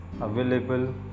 available